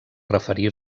referir